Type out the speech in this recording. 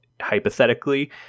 hypothetically